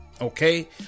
Okay